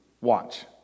Watch